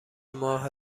ماه